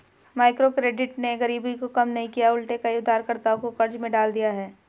microcredit ने गरीबी को कम नहीं किया उलटे कई उधारकर्ताओं को कर्ज में डाल दिया है